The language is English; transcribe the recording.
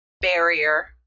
barrier